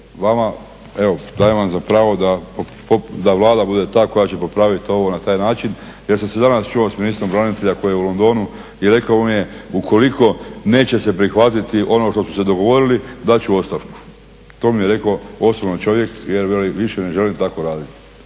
ali evo dajem vam za pravo da Vlada bude ta koja će popravit ovo na taj način jer sam se danas čuo s ministrom branitelja koji je u Londonu i rekao mi je ukoliko neće se prihvatiti ono što smo se dogovorili dat ću ostavku. To mi je rekao osobno čovjek jer veli više ne želim tako raditi.